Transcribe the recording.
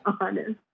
honest